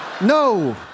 No